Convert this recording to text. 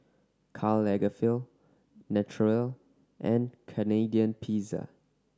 Karl Lagerfeld Naturel and Canadian Pizza